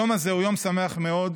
היום הזה הוא יום שמח מאוד,